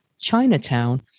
Chinatown